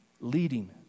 Leading